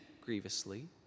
grievously